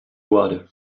water